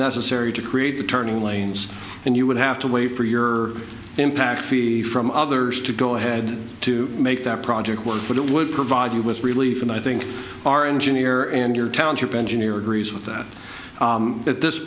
necessary to create the turning lanes and you would have to wait for your impact fee from others to go ahead to make that project work but it would provide you with relief and i think our engineer and your township engineer agrees with that at this